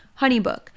HoneyBook